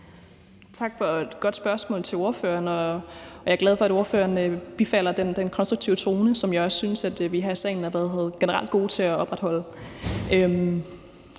for et godt spørgsmål. Jeg er glad for, at ordføreren bifalder den konstruktive tone, som jeg også synes at vi her i salen generelt er gode til at holde.